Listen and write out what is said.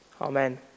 Amen